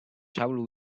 trouble